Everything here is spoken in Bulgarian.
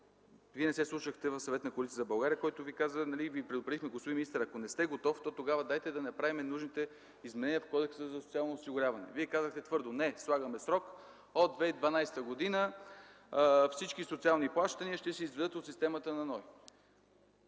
вие не се вслушахте в съвета на Коалиция за България. Тогава Ви предупредихме: „Господин министър, ако не сте готов, то тогава дайте да направим нужните изменения в Кодекса за социално осигуряване”. Вие казахте твърдо: „Не, слагаме срок – от 2012 г. всички социални плащания ще се изведат от системата на НОИ”.